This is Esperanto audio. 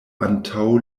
antaŭ